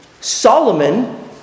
Solomon